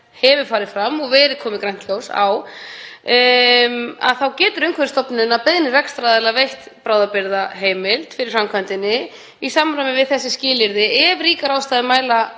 hefur farið fram og komið grænt ljós á, þá getur Umhverfisstofnun, að beiðni rekstraraðila, veitt bráðabirgðaheimild fyrir framkvæmdinni í samræmi við þessi skilyrði ef ríkar ástæður mæla